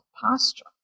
posture